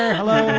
hello.